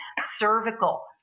cervical